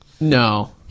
No